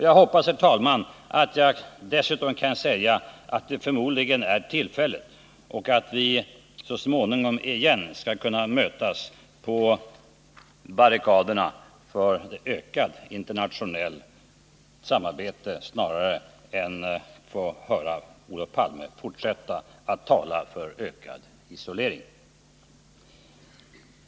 Jag hoppas, herr talman, att det är ett tillfälligt avhopp och att vi så småningom åter skall kunna mötas på barrikaderna för ökat internationellt samarbete i stället för att få höra Olof Palme fortsätta att tala för ökad isolering.